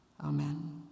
Amen